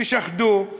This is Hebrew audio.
תשחדו,